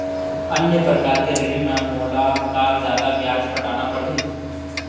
अन्य प्रकार के ऋण म मोला का जादा ब्याज पटाना पड़ही?